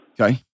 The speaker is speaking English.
Okay